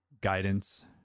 guidance